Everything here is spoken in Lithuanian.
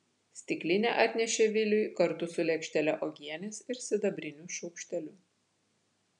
stiklinę atnešė viliui kartu su lėkštele uogienės ir sidabriniu šaukšteliu